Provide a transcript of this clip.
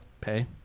Pay